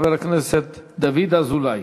חבר הכנסת דוד אזולאי.